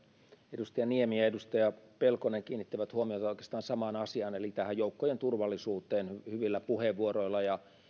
edustaja niemi ja edustaja pelkonen kiinnittivät huomiota oikeastaan samaan asiaan eli tähän joukkojen turvallisuuteen hyvillä puheenvuoroilla ja